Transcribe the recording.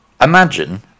imagine